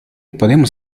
podemos